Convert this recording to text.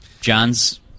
John's